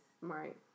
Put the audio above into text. Right